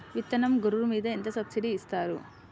విత్తనం గొర్రు మీద ఎంత సబ్సిడీ ఇస్తారు?